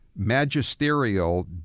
magisterial